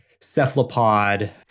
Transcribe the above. cephalopod